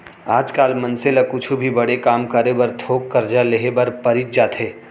आज काल मनसे ल कुछु भी बड़े काम करे बर थोक करजा लेहे बर परीच जाथे